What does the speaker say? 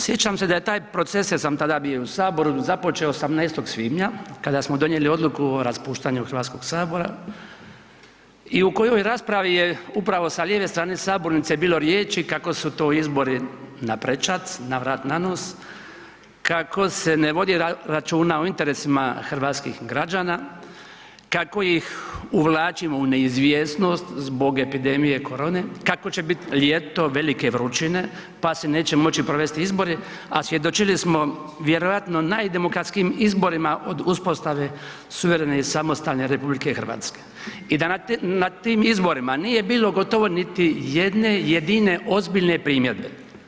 Sjećam se da je taj proces, jer sam tada bio u saboru, započeo 18. svibnja kada smo donijeli odluku o raspuštanju Hrvatskog sabora i u kojoj raspravi je upravo sa lijeve strane sabornice bilo riječi kako su to izbori na prečac, navrat-nanos, kako se ne vodi računa o interesima hrvatskih građana, kako ih uvlačimo u neizvjesnost zbog epidemije corone, kako će biti ljeto velike vrućine pa se neće moći provesti izbori, a svjedočili smo vjerojatno najdemokratskijim izborima od uspostave suverene i samostalne RH i da na tim izborima nije bilo gotovo niti jedne jedine ozbiljne primjedbe.